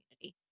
community